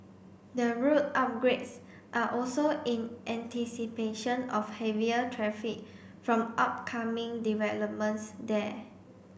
the road upgrades are also in anticipation of heavier traffic from upcoming developments there